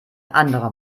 anderer